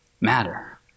matter